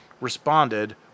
responded